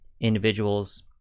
individuals